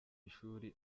ishuri